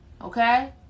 Okay